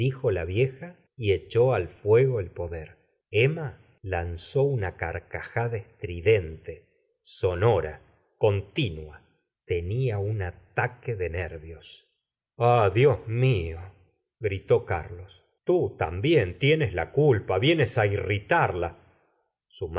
la vieja y echó al fuego el poder emma lanzó una carcajada estridente sonora continua tenía un ataque de nervios ah dios mío g ritó carlcs tú ítmbién tic nes la culpa vienes á irritarl